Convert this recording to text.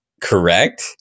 correct